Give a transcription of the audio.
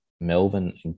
Melvin